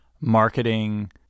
marketing